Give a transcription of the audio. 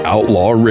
Outlaw